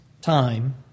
time